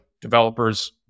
developers